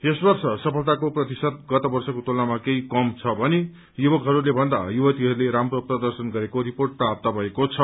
यस वर्ष सफलताको प्रतिशत गत वर्षको तुलनामा केही कम छ भने युवकहरूले भन्दा युवतीहरूले राम्रो प्रदर्शन गरेको रिपोर्ट प्राप्त भएको छ